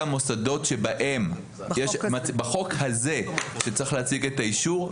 המוסדות שבהם צריך להציג את האישור הזה,